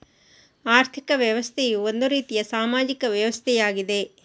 ಆರ್ಥಿಕ ವ್ಯವಸ್ಥೆಯು ಒಂದು ರೀತಿಯ ಸಾಮಾಜಿಕ ವ್ಯವಸ್ಥೆಯಾಗಿದೆ